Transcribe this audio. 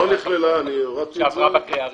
אני הורדתי את זה.